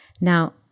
Now